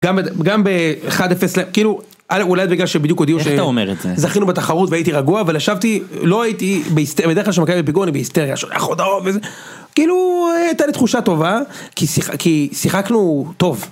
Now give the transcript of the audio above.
גם גם ב-1-0, כאילו, איך אתה אומר את זה? אולי בגלל שבדיוק הודיעו שזכינו בתחרות והייתי רגוע, אבל ישבתי ולא הייתי בהיסטריה, בדרך כלל שמקיים את זה.... בהיסטריה, כאילו הייתה לי תחושה טובה, כי שיחקנו טוב.